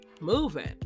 moving